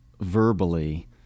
verbally